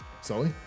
Sully